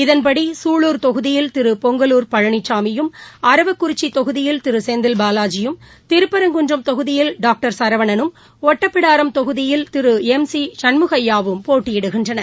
இதன்படி சூலூர் தொகுதியில் திருபொங்கலூர் பழனிசாமியும் அறவாக்குறிச்சிதொகுதியில் திருசெந்தில் பாவாஜியும் திருப்பரங்குன்றம் தொகுதியில் டாங்டர் சரவணனும் ஒட்டப்பிடாரம் தொகுதியில் திருஎம் சிசண்முககையா வும் போட்டியிடுகின்றனர்